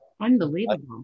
Unbelievable